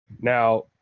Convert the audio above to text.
Now